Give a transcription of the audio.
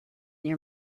near